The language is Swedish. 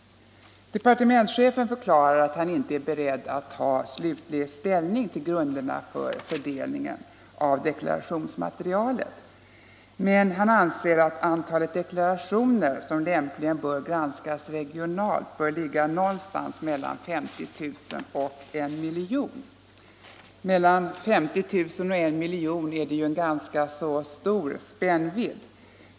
Departementschefen förklarar att han inte är beredd att ta slutlig ställning till grunderna för fördelningen av deklarationsmaterialet, men han anser att antalet deklarationer som lämpligen bör granskas regionalt ligger någonstans mellan 50 000 och 1 miljon. Mellan 50 000 och 1 miljon är ju ganska stor spännvidd.